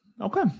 Okay